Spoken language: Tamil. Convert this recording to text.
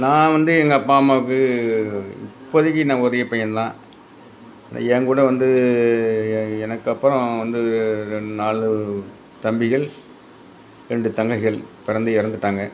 நான் வந்து எங்கள் அப்பா அம்மாவுக்கு இப்போதைக்கு நான் ஒரே பையன் தான் ஏன்கூட வந்து எ எனக்கப்புறம் வந்து ரெண் நாலு தம்பிகள் ரெண்டு தங்கைகள் பிறந்து இறந்துட்டாங்க